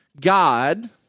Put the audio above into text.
God